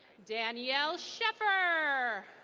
danielle sheper.